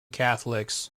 catholics